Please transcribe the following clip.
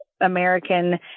American